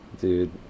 Dude